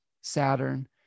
saturn